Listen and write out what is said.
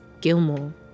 Gilmore